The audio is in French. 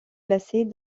placées